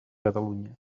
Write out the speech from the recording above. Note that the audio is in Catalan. catalunya